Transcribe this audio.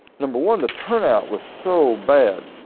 number one, the turnout was so bad.